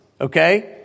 Okay